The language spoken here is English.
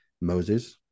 Moses